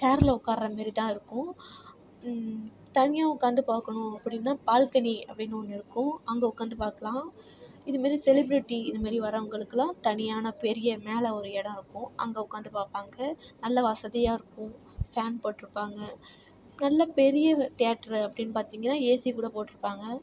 சேரில் உக்கார்ற மாரிதான் இருக்கும் தனியாக உக்காந்து பார்க்கணும் அப்படின்னால் பால்கனி அப்படின்னு ஒன்று இருக்கும் அங்கே உக்காந்து பார்க்கலாம் இதுமாரி செலிப்ரேட்டி இதுமாரி வரவங்களுக்குலா தனியான பெரிய மேல் ஒரு இடம் இருக்கும் அங்கே உக்காந்து பார்ப்பாங்க நல்ல வசதியாக இருக்கும் ஃபேன் போட்டிருப்பாங்க நல்ல பெரிய தேட்டரு அப்படின் பார்த்தீங்கன்னா ஏசி கூட போட்டிருப்பாங்க